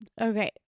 okay